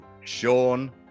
Sean